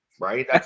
Right